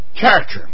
Character